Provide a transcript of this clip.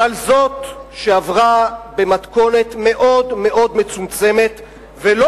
אבל זאת שעברה היא במתכונת מאוד מאוד מצומצמת ולא